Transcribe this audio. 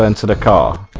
and to the car